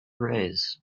raise